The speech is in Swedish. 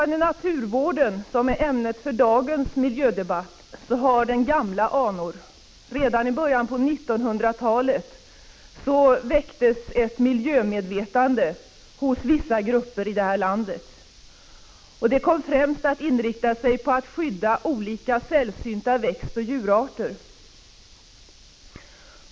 Naturvården, som är ämnet för dagens miljödebatt, har gamla anor. Redan i början på 1900-talet väcktes ett naturmedvetande hos vissa grupper i landet. Det kom främst att inriktas på att skydda olika sällsynta växtoch djurarter.